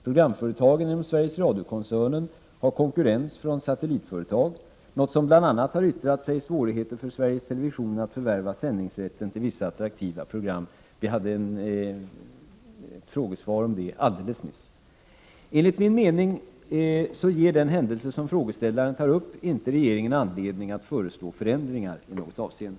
Programföretagen inom Sveriges Radio-koncernen har konkurrens från satellitföretag, något som bl.a. har yttrat sig i svårigheter för Sveriges Television att förvärva sändningsrätten till vissa attraktiva program. Vi hade ett frågesvar om det alldeles nyss. Enligt min uppfattning ger den händelse som frågeställaren tar upp inte regeringen anledning att föreslå förändringar i något avseende.